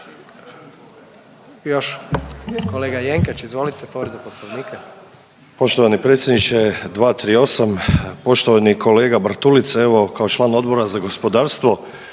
Još kolega Jenkač izvolite povreda Poslovnika. **Jenkač, Siniša (HDZ)** Poštovani predsjedniče 238. Poštovani kolega Bartulica evo kao član Odbora za gospodarstvo